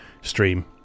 stream